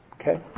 Okay